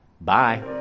Bye